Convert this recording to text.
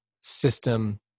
system